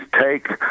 take